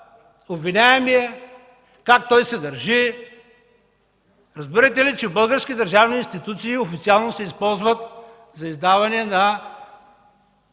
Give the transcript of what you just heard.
обвиняемия, как се държи. Разбирате ли, че българските държавни институции официално се използват за издаване на